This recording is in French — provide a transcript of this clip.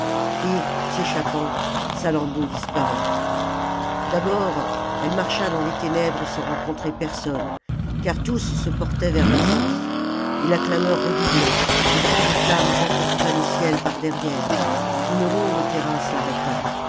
et s'échappant salammbô disparut d'abord elle marcha dans les ténèbres sans rencontrer personne car tous se portaient vers l'incendie et la clameur redoublait de grandes flammes empourpraient le ciel par derrière une longue terrasse l'arrêta